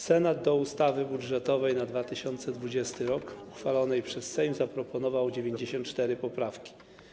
Senat do ustawy budżetowej na 2020 r., uchwalonej przez Sejm, zaproponował 94 poprawki.